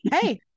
Hey